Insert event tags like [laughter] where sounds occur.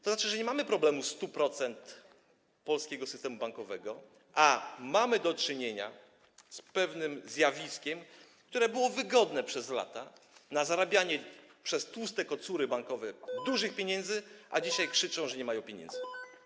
To oznacza, że nie mamy problemu 100% polskiego systemu bankowego, ale mamy do czynienia z pewnym zjawiskiem, które było wygodne przez lata, zarabiania przez tłuste kocury bankowe [noise] dużych pieniędzy, a dzisiaj one krzyczą, że nie mają pieniędzy.